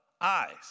eyes